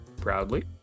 proudly